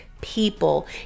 people